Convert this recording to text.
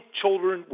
children